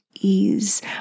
ease